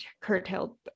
curtailed